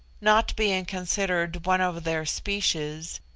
not being considered one of their species,